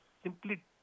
Simply